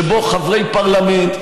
שבה חברי פרלמנט,